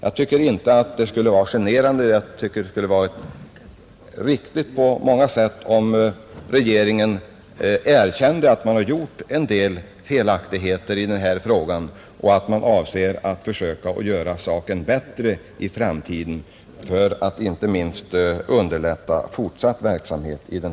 Jag tycker inte att det skulle vara generande utan riktigt på många sätt om regeringen erkände att man gjort en del felaktigheter i den här frågan och att man avser att klara saken bättre i framtiden.